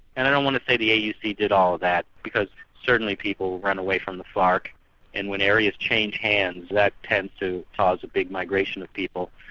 and i don't want to say the yeah auc did all that, because certainly people run away from the farc and when areas change hands, that tends to cause a big migration of people.